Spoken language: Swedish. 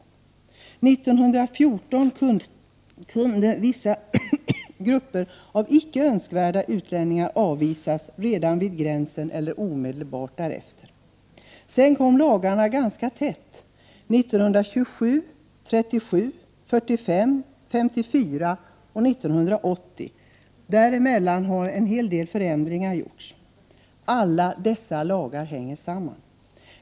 1914 kunde vissa grupper av icke-önskvärda utlänningar avvisas redan vid gränsen eller omedelbart därefter. Sedan kom lagarna ganska tätt: 1927, 1937, 1945, 1954 och 1980. Däremellan har en hel del förändringar gjorts. Alla dessa lagar hänger samman.